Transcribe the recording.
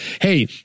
hey